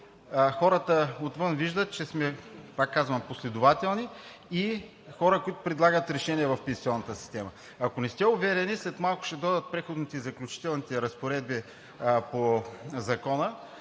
хората отвън виждат, че сме, пак казвам, последователни и хора, които предлагат решения в пенсионната система. Ако не сте уверени, след малко ще дойдат Преходните и заключителните разпоредби по Закона,